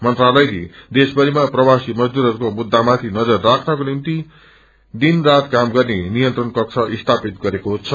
मंत्रालयले देशभरिमा प्रवासी मजदूरहरूको मुद्दामाथि नजर राख्नको निम्ति दिनरात काम गर्ने नियन्त्रण कक्ष स्थापित गरेको छ